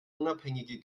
unabhängige